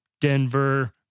Denver